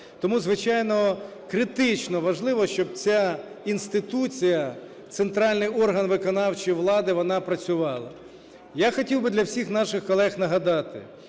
Тому, звичайно, критично важливо, щоб ця інституція, центральний орган виконавчої влади, вона працювала. Я хотів би для всіх наших колег нагадати,